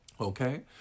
Okay